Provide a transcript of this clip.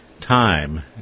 time